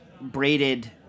braided